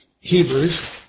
Hebrews